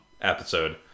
episode